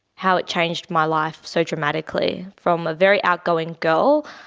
how it changed my life so dramatically from a very outgoing girl.